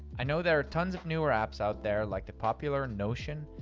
i know there are tons of newer apps out there like the popular notion,